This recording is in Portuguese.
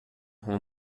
rua